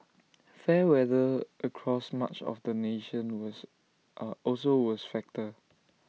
fair weather across much of the nation was also was factor